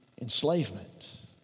enslavement